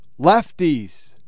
lefties